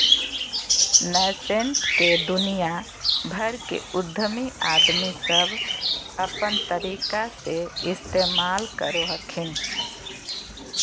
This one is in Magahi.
नैसैंट के दुनिया भर के उद्यमी आदमी सब अपन तरीका से इस्तेमाल करो हखिन